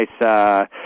nice